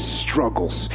struggles